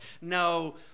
No